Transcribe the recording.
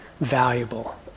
valuable